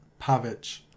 Pavic